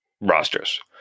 rosters